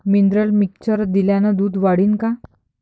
Mineral mixture दिल्यानं दूध वाढीनं का?